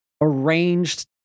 arranged